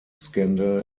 scandal